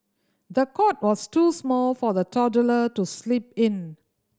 the cot was too small for the toddler to sleep in